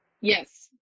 yes